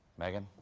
megan,